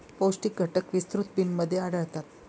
पौष्टिक घटक विस्तृत बिनमध्ये आढळतात